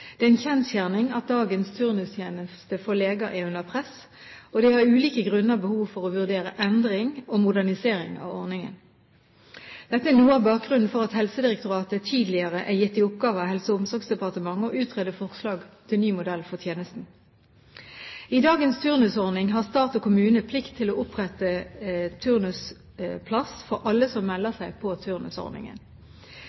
Det er en kjensgjerning at dagens turnustjeneste for leger er under press, og det er av ulike grunner behov for å vurdere endring og modernisering av ordningen. Dette er noe av bakgrunnen for at Helsedirektoratet tidligere er gitt i oppgave av Helse- og omsorgsdepartementet å utrede forslag til ny modell for tjenesten. I dagens turnusordning har stat og kommune plikt til å opprette turnusplass for alle som melder